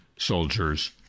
Soldiers